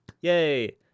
yay